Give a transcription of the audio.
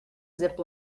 zip